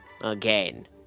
Again